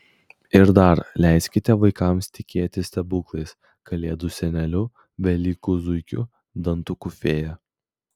ir dar leiskite vaikams tikėti stebuklais kalėdų seneliu velykų zuikiu dantukų fėja